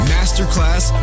Masterclass